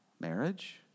marriage